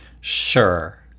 Sure